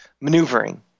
maneuvering